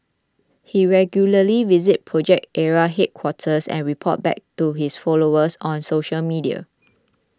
he regularly visits Project Ara headquarters and reports back to his followers on social media